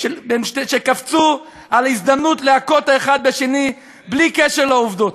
שקפצו על ההזדמנות להכות האחד בשני בלי קשר לעובדות.